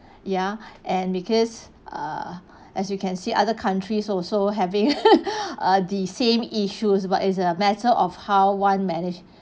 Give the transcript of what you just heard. ya and because err as you can see other countries also having uh the same issues but is a matter of how one manage